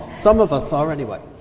some of us ah are, anyway,